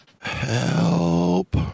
Help